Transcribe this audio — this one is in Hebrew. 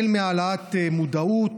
העלאת מודעות,